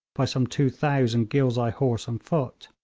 by some two thousand ghilzai horse and foot.